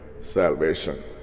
salvation